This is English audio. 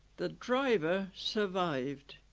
the driver survived